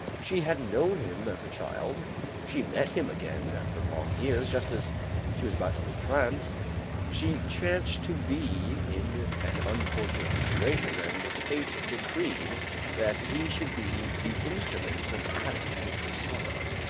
she had known him as a child she met him again, after long years, just as she was about to leave france she chanced to be in an unfortunate situation, and fate decreed that he should be the instrument of adding to her sorrow.